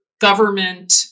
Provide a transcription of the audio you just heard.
government